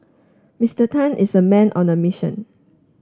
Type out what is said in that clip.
Mister Tan is a man on the mission